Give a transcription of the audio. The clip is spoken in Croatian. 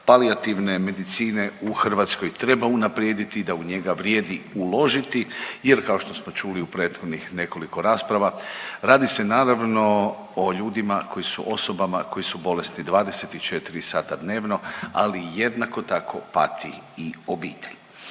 palijativne medicine u Hrvatskoj treba unaprijediti i da u njega vrijedi uložiti jer kao što smo čuli u prethodnih nekoliko rasprava radi se naravno o ljudima koji su, osobama koji su bolesni 24 sata dnevno, ali jednako tako pati i obitelj.